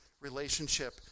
relationship